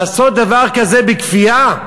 לעשות דבר כזה בכפייה?